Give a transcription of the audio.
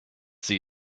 see